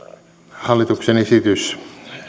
hallituksen esitys